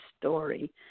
story